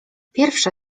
pierwsza